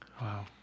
Wow